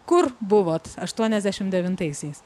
kur buvot aštuoniasdešim devintaisiais